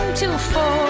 to four.